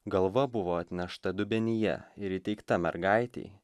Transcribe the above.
galva buvo atnešta dubenyje ir įteikta mergaitei